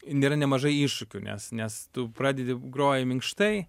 nėra nemažai iššūkių nes nes tu pradedi groji minkštai